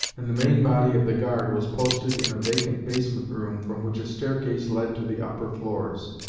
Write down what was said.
and the main body of the guard was posted in a vacant basement-room, from which a staircase led to the upper floors.